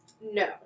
No